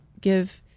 give